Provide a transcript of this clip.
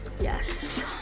Yes